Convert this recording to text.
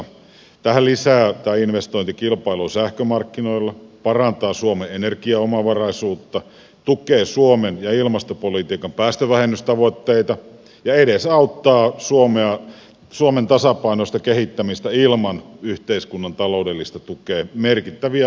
tämä investointihan lisää kilpailua sähkömarkkinoilla parantaa suomen energiaomavaraisuutta tukee suomen ja ilmastopolitiikan päästövähennystavoitteita ja edesauttaa suomen tasapainoista kehittämistä ilman yhteiskunnan taloudellista tukea merkittäviä asioita kaikki